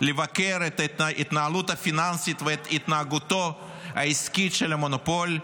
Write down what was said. לבקר את ההתנהלות הפיננסית ואת התנהגותו העסקית של המונופול,